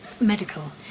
Medical